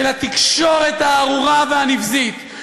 של התקשורת הארורה והנבזית,